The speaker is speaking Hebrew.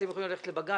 אתם יכולים ללכת לבג"ץ,